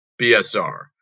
bsr